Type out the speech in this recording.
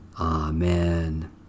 Amen